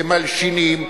הם מלשינים,